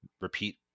repeat